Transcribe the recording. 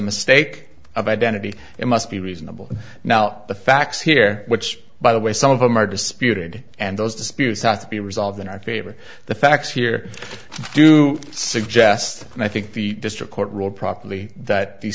mistake of identity it must be reasonable now the facts here which by the way some of them are disputed and those disputes ought to be resolved in our favor the facts here do suggest and i think the district court ruled properly that the se